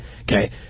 Okay